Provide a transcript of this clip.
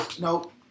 nope